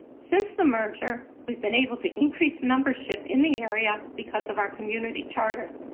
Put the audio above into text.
since the merger, we've been able to increase membership in the area because of our community charter.